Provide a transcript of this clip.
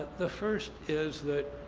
the first is that